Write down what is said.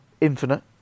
Infinite